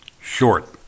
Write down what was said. Short